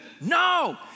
No